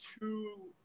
two